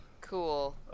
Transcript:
cool